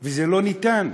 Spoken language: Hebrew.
ושזה לא ניתן.